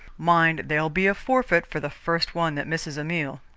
mind, there'll be a forfeit for the first one that misses a meal.